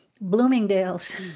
Bloomingdale's